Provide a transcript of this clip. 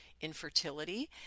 infertility